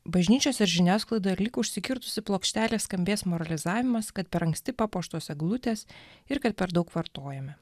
bažnyčiose ir žiniasklaidoj ir lyg užsikirtusi plokštelė skambės moralizavimas kad per anksti papuoštos eglutės ir kad per daug vartojame